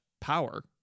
power